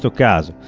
so guys!